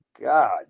God